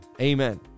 Amen